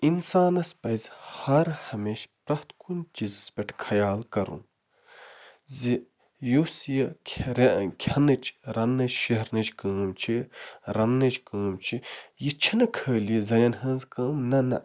اِنسانَس پَزِ ہر ہمیشہٕ پرٮ۪تھ کُنہِ چیٖزَس پٮ۪ٹھ خیال کَرُن زِ یُس یہِ کھٮ۪نٕچۍ رَنٛنچۍ شیرنچۍ کٲم چھِ رَنٛنٕچۍ کٲم چھِ یہِ چھِنہٕ خٲلی زَنٛنیٚن ہٕنٛز کٲم نہ نہ